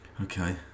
Okay